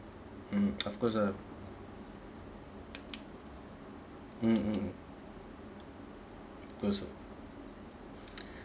mm of course ah mm mm mm cause of